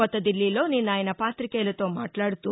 కొత్తదిల్లీలో నిన్న ఆయస పాతికేయులతో మాట్లాడుతూ